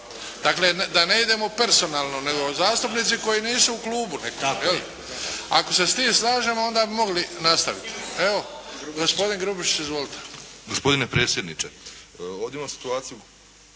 Dakle, da ne idemo personalno, nego zastupnici koji nisu u klubu. Ako se s tim slažemo, onda bi mogli nastaviti. Evo, gospodin Grubišić. Izvolite.